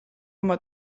oma